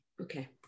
Okay